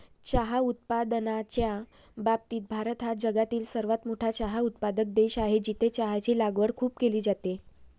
चहा उत्पादनाच्या बाबतीत भारत हा जगातील सर्वात मोठा चहा उत्पादक देश आहे, जिथे चहाची लागवड खूप केली जाते